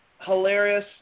Hilarious